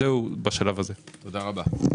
תודה רבה.